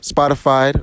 Spotify